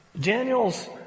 Daniel's